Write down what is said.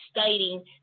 stating